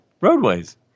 roadways